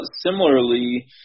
Similarly